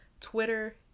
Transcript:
Twitter